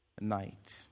night